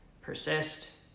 persist